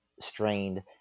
strained